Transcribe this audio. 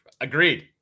Agreed